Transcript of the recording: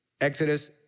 Exodus